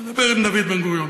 אני אדבר עם דוד בן-גוריון.